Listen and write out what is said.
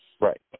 Right